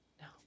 No